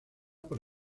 por